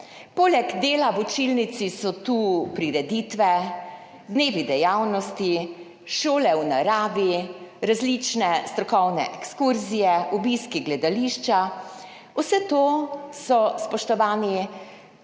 Poleg dela v učilnici so tu prireditve, dnevi dejavnosti, šole v naravi, različne strokovne ekskurzije, obiski gledališča. Vse to so, spoštovani,